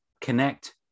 connect